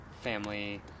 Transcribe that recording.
family